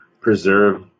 preserve